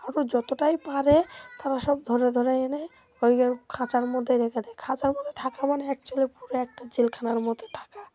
আরও যতটাই পারে তারা সব ধরে ধরে এনে ওই ওই খাঁচার মধ্যেই রেখে দেয় খাঁচার মধ্যে থাকা মানে অ্যাকচুয়ালি পুরো একটা জেলখানার মধ্যে থাকা